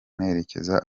nerekeza